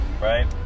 right